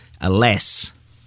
Alas